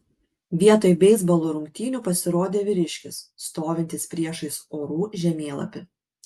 vietoj beisbolo rungtynių pasirodė vyriškis stovintis priešais orų žemėlapį